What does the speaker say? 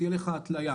תהיה לך התליה,